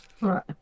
Right